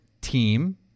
team